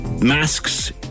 Masks